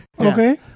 Okay